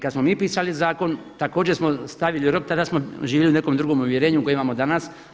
Kad smo mi pisali zakon također smo stavili rok, tada smo živjeli u nekom drugom uvjerenju koje imamo danas.